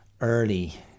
early